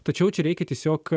tačiau čia reikia tiesiog